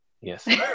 Yes